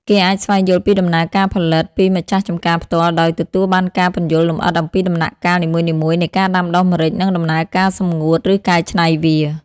គេអាចស្វែងយល់ពីដំណើរការផលិត ពីម្ចាស់ចម្ការផ្ទាល់ ដោយទទួលបានការពន្យល់លម្អិតអំពីដំណាក់កាលនីមួយៗនៃការដាំដុះម្រេច និងដំណើរការសម្ងួត ឬកែច្នៃវា ។